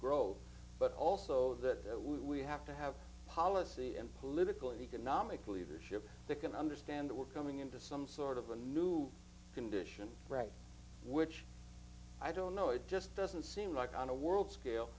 grow but also that we have to have a policy and political and economic leadership that can understand we're coming into some sort of a new condition right which i don't know it just doesn't seem like on a world scale